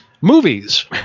Movies